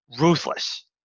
ruthless